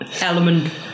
element